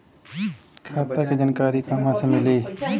खाता के जानकारी कहवा से मिली?